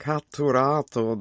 Catturato